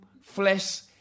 flesh